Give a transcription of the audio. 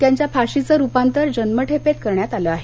त्यांच्या फाशीचं रूपांतर जन्मठेपेत करण्यात आलं आहे